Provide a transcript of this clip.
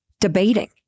debating